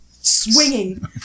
swinging